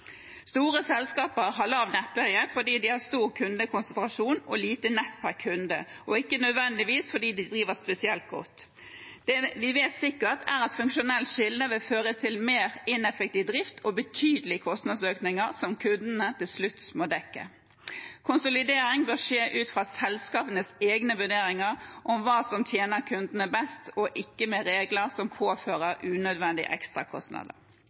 Store selskaper har lav nettleie fordi de har stor kundekonsentrasjon og lite nett per kunde, ikke nødvendigvis fordi de driver spesielt godt. Det vi vet sikkert, er at et funksjonelt skille vil føre til mer ineffektiv drift og betydelige kostnadsøkninger, som kundene til slutt må dekke. Konsolidering bør skje ut fra selskapenes egne vurderinger om hva som tjener kundene best, ikke med regler som påfører unødvendige ekstrakostnader.